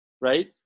right